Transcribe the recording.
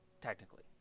technically